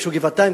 ביקשו גבעתיים,